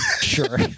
Sure